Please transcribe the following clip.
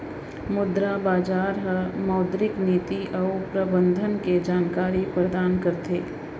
मुद्रा बजार ह मौद्रिक नीति अउ प्रबंधन के जानकारी परदान करथे